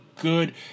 good